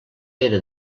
era